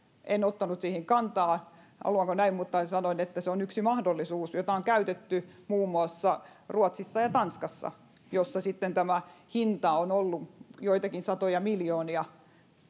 en ottanut kantaa haluanko näin mutta sanoin että se on yksi mahdollisuus jota on käytetty muun muassa ruotsissa ja tanskassa missä tämä hinta on ollut joitakin satoja miljoonia